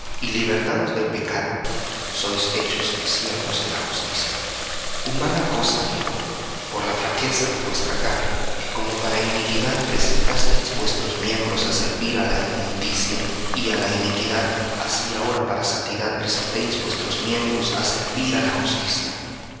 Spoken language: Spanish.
libertados del pecado sois hechos siervos de la justicia humana cosa digo por la flaqueza de vuestra carne que como para iniquidad presentasteis vuestros miembros á servir á la inmundicia y á la iniquidad así ahora para santidad presentéis vuestros miembros á servir á la justicia